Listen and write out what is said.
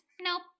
nope